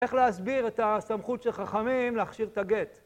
איך להסביר את הסמכות של חכמים להכשיר את הגט?